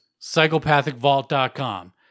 psychopathicvault.com